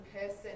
person